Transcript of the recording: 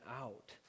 out